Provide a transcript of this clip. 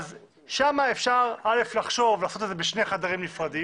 שם אפשר לחשוב לעשות את זה בשני חדרים נפרדים